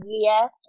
Yes